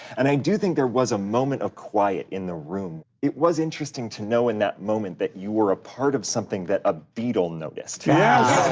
and i do think there was a moment of quiet in the room. it was interesting to know in that moment that you were a part of something that a beatle noticed. yeah.